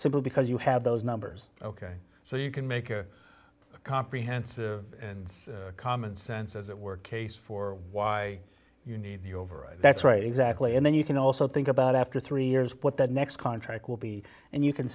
simple because you have those numbers ok so you can make a comprehensive commonsense as it were case for why you need the override that's right exactly and then you can also think about after three years what the next contract will be and you can